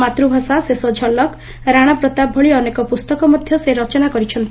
ମାତୂଭାଷା ଶେଷ ଝଲକ ରାଶାପ୍ରତାପ ଭଳି ଅନେକ ପ୍ରସ୍ତକ ମଧ୍ୟ ସେ ରଚନା କରିଛନ୍ତି